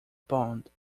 pond